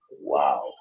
Wow